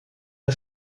der